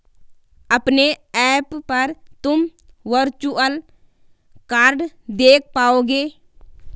अपने ऐप पर तुम वर्चुअल कार्ड देख पाओगे